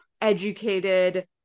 educated